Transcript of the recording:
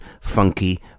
Funky